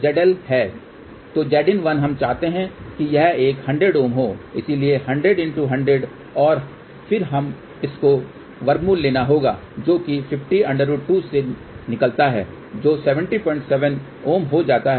तो Zin1 हम चाहते हैं कि यह एक 100 Ω हो इसलिए 100 × 50 और फिर हमें इसका वर्गमूल लेना होगा जो कि 50√2 से निकलता है जो 707 Ω हो जाता है